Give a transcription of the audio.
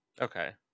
Okay